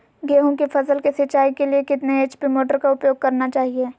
गेंहू की फसल के सिंचाई के लिए कितने एच.पी मोटर का उपयोग करना चाहिए?